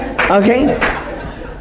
Okay